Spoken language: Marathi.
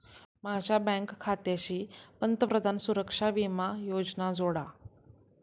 माझ्या बँक खात्याशी पंतप्रधान सुरक्षा विमा योजना जोडा